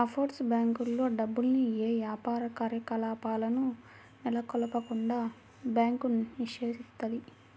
offshore బ్యేంకుల్లో డబ్బుల్ని యే యాపార కార్యకలాపాలను నెలకొల్పకుండా బ్యాంకు నిషేధిత్తది